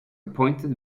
appointed